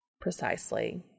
Precisely